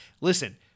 Listen